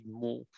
more